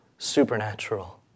supernatural